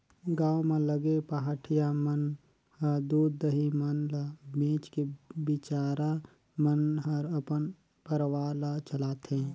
गांव म लगे पहाटिया मन ह दूद, दही मन ल बेच के बिचारा मन हर अपन परवार ल चलाथे